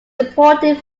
imported